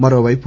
మరోవైపు